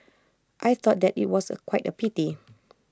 I thought that IT was A quite A pity